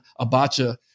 Abacha